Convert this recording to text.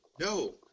no